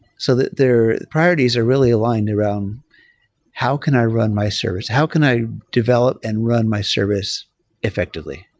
so that their priorities are really aligned around how can i run my service? how can i develop and run my service effectively?